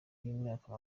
y’imyaka